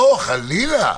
לא, חלילה.